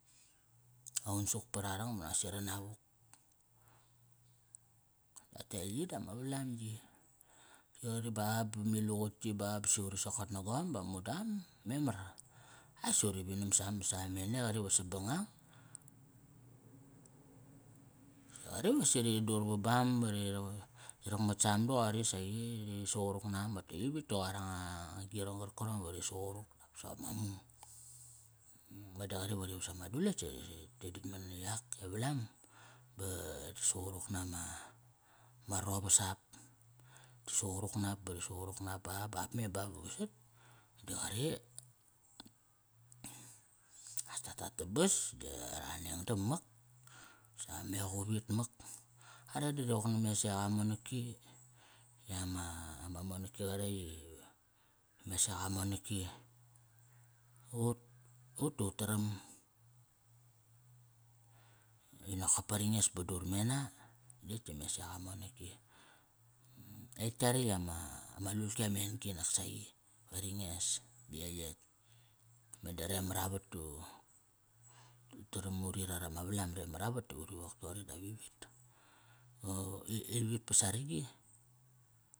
Aum sukpat ba nosi ranavuk, tote yi dama valam yi. I qari ba bami laqut yi ba basi uri sokot na gom ba mudam, memar. A si uri vinam sam da samene qari va sabangang si qari va si ri dur vabam ba ri rak, ri rakmat sam doqori saqi ri squruk nam. Rote yivit ti qoir ang girong qarkirong va ri suquruk dap soqop ma mung. Meda qari va ri vas ama dulas da ri, ri datk mat ni yak e vlam ba ri suquruk nama, ma rovasap. Ti suquruk nap ba ri suqurup nap ba, ba ap me ba, ba vasat, da qari as ta tat tabas. Da ra anengdam mak saqa mequvit mak. Ara da ri wok na me seqa a monaki. I ama, ama monaki qaretk i, ime seqa monaki. Ut da ut taram nokop pa ri nges ba dur mena tetk dime seqa a monaki. Etk yaretk i ama, ma lulki amen-gi nak saqi. Ve ri nges di etk, etk. Meda re maravat ta utaram uri rat ama valam de maravat di uri wok toqori dap ivit ivit pa saraqi.